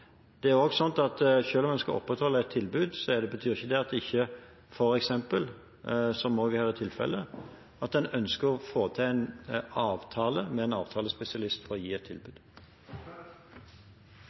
Det er også slik at selv om en skal opprettholde et tilbud, betyr ikke det at en ikke f.eks., som også her er tilfellet, ønsker å få til en avtale med en avtalespesialist for å gi et